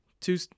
Two